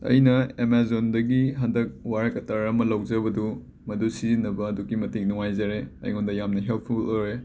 ꯑꯩꯅ ꯑꯦꯃꯦꯖꯣꯟꯗꯒꯤ ꯍꯟꯗꯛ ꯋꯥꯏꯔꯀꯇꯔ ꯑꯃ ꯂꯧꯖꯕꯗꯨ ꯃꯗꯨ ꯁꯤꯖꯤꯟꯅꯕ ꯑꯗꯨꯛꯀꯤ ꯃꯇꯤꯛ ꯅꯨꯉꯥꯏꯖꯔꯦ ꯑꯩꯉꯣꯟꯗ ꯌꯥꯝꯅ ꯍꯦꯜꯞꯐꯨꯜ ꯑꯣꯏꯔꯦ